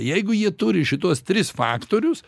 jeigu jie turi šituos tris faktorius